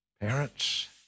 parents